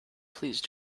please